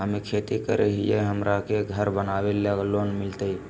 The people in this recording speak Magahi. हमे खेती करई हियई, हमरा के घर बनावे ल लोन मिलतई?